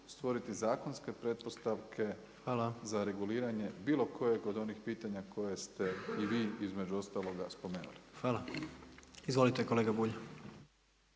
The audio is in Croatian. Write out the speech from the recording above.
stvoriti zakonske pretpostavke za reguliranje, bilo kojeg od onih pitanja koje ste i vi između ostaloga spomenuli. **Jandroković, Gordan